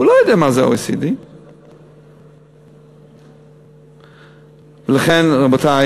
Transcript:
הוא לא יודע מה זה OECD. לכן, רבותי,